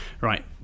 Right